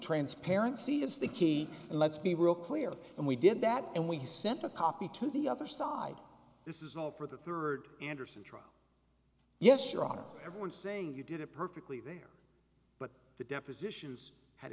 transparency is the key and let's be real clear and we did that and we sent a copy to the other side this is all for the third andersen trial yes your honor everyone saying you did it perfectly there but the deposition